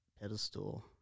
pedestal